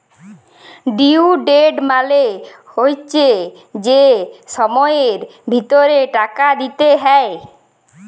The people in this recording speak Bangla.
ডিউ ডেট মালে হচ্যে যে সময়ের ভিতরে টাকা দিতে হ্যয়